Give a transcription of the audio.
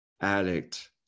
addict